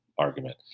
argument